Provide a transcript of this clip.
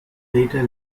meter